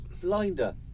Blinder